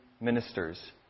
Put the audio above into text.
ministers